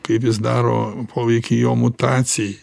kaip jis daro poveikį jo mutacijai